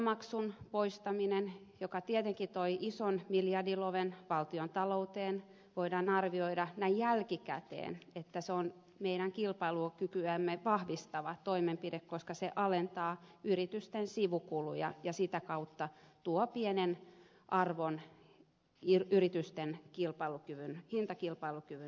kelamaksun poistamisesta joka tietenkin toi ison miljardiloven valtiontalouteen voidaan arvioida näin jälkikäteen että se on meidän kilpailukykyämme vahvistava toimenpide koska se alentaa yritysten sivukuluja ja sitä kautta tuo pienen arvon yritysten hintakilpailukyvyn näkökulmasta